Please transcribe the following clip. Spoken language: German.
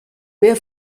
mehr